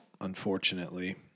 unfortunately